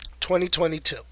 2022